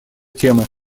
темы